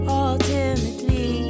ultimately